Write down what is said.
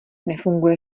nefunguje